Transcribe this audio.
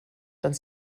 dann